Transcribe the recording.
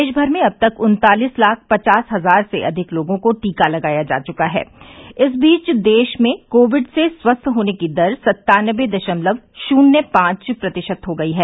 देश भर में अब तक उन्तालीस लाख पचास हजार से अधिक लोगों को टीका लगाया जा चुका है इस बीच देश में कोविड से स्वस्थ होने की दर सत्तानबे दशमलव शून्य पांच प्रतिशत हो गई है